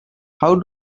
how